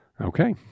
Okay